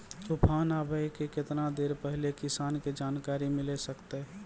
तूफान आबय के केतना देर पहिले किसान के जानकारी मिले सकते?